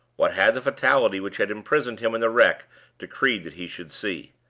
what had the fatality which had imprisoned him in the wreck decreed that he should see?